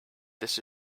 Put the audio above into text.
this